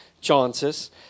chances